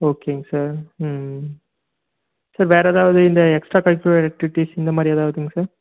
ஓகேங்க சார் ம் சார் வேறு ஏதாவது இந்த எக்ஸ்ட்ரா கரிக்குலர் ஆக்டிவிட்டீஸ் இந்த மாதிரி ஏதாவதுங்க சார்